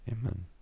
Amen